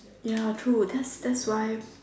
ya true that's that's why